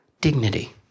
dignity